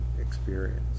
experience